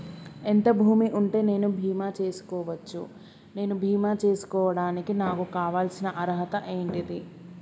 ఎంత భూమి ఉంటే నేను బీమా చేసుకోవచ్చు? నేను బీమా చేసుకోవడానికి నాకు కావాల్సిన అర్హత ఏంటిది?